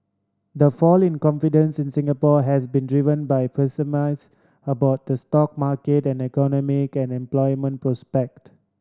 the fall in confidence in Singapore has been driven by pessimisms about the stock market then the economy can employment prospect